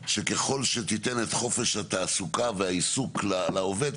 התחושה שלי היא שככל שתיתן את חופש התעסוקה והעיסוק לעובד,